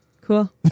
cool